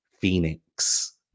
phoenix